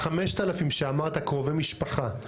ה-5,000 שאמרת קרובי משפחה,